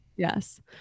Yes